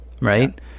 right